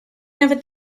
never